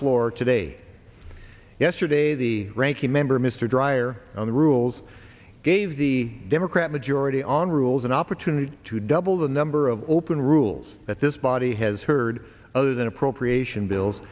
floor today yesterday the ranking member mr dreier on the rules gave the democrat majority on rules an opportunity to double the number of open rules that this body has heard other than appropriation bills